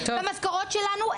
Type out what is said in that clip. למשכורות שלנו,